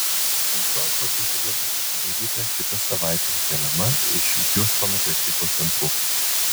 antroji parduotuvė bus atidaryta kitą savaitę viename iš hjustono prekybos centrų